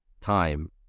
time